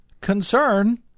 concern